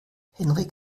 henrik